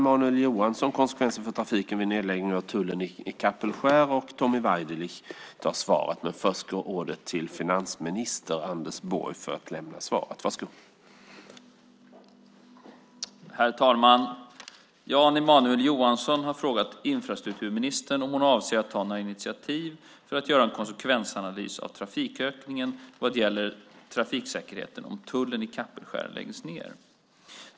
Herr talman! Jan Emanuel Johansson har frågat infrastrukturministern om hon avser att ta några initiativ för att göra en konsekvensanalys av trafikökningen vad gäller trafiksäkerheten om tullen i Kapellskär läggs ned.